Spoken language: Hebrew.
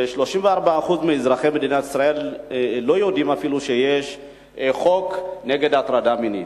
34% מאזרחי מדינת ישראל לא יודעים אפילו שיש חוק נגד הטרדה מינית.